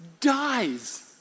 dies